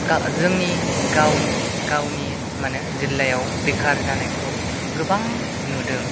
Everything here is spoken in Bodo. जोंनि गाव गावनि मा होनो जिल्लायाव बेखार जानायखौ गोबां नुदों